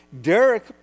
Derek